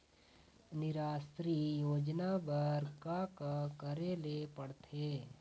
निराश्री योजना बर का का करे ले पड़ते?